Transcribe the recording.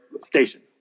station